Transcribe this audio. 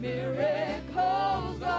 Miracles